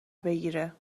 بگیره